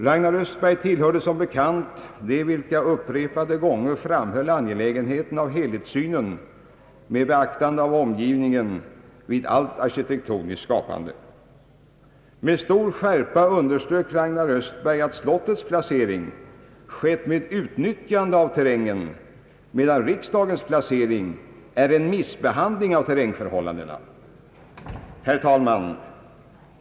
Ragnar Östberg tillhörde som bekant dem, som upprepade gånger framhöll angelägenheten av helhetssyn med beaktande av omgivningen vid allt arkitektoniskt skapande. Med stor skärpa underströk Ragnar Östberg att slottets placering skett med utnyttjande av terrängen, medan riksdagshusets placering innebär en missbehandling av terrängförhållandena. Herr talman!